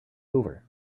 over